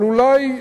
אבל אולי,